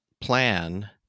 plan